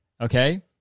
Okay